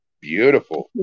Beautiful